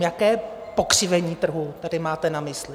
Jaké pokřivení trhu tady máte na mysli?